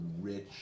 rich